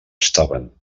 estaven